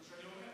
זה מה שאני אומר.